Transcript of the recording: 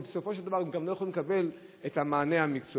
ובסופו של דבר הם גם לא יכולים לקבל את המענה המקצועי.